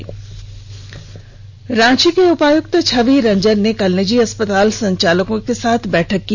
निजी अस्पताल बैठक रांची के उपायुक्त छवि रंजन ने कल निजी अस्पताल संचालकों के साथ बैठक की